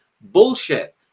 Bullshit